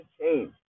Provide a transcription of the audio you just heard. change